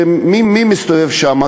מי מסתובב שם?